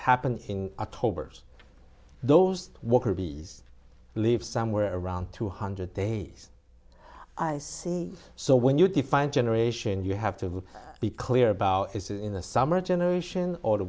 happens in october those worker bees live somewhere around two hundred days i see so when you define generation you have to be clear about is in the summer a generation or t